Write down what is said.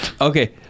Okay